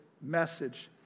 message